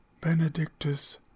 Benedictus